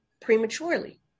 prematurely